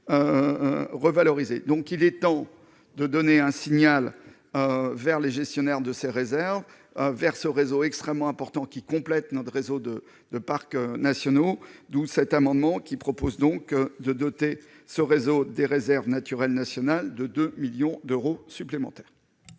revaloriser, donc il est temps de donner un signal vers les gestionnaires de ces réserves un vers ce réseau extrêmement important qui complète notre réseau de de parcs nationaux d'où cet amendement qui propose donc de doter ce réseau des réserves naturelles nationales de 2 millions d'euros supplémentaires.